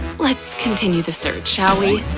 let's continue the search, shall we?